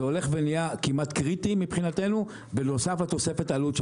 זה הולך ונהיה כמעט קריטי מבחינתנו בנוסף תוספת העלות.